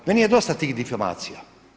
Meni je dosta tih difamacija.